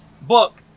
book